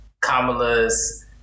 Kamala's